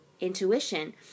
intuition